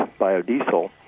biodiesel